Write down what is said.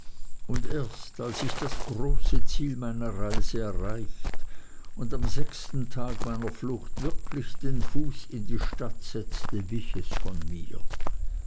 und erst als ich das große ziel meiner reise erreicht und am sechsten tag nach meiner flucht wirklich den fuß in die stadt setzte wich es von mir